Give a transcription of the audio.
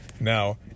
now